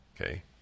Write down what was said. Okay